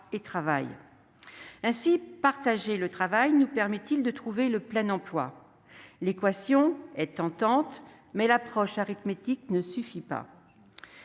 et travail. Ainsi partager le travail nous permettrait-il de trouver le plein emploi. L'équation est tentante, mais l'approche arithmétique ne suffit pas.